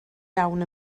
iawn